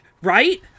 right